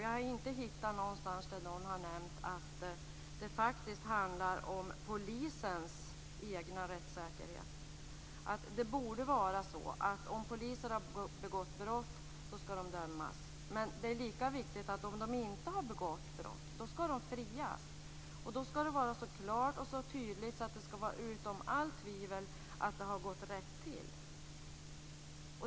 Jag har inte hittat någonstans att någon har nämnt att det faktiskt också handlar om polisens egna rättssäkerhet. Det borde vara så att poliser skall dömas om de har begått brott. Men det är lika viktigt att de skall frias om de inte har begått brott. Det skall vara så klart och tydligt att det är utom allt tvivel att det har gått rätt till.